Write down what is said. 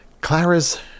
Clara's